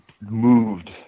moved